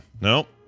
Nope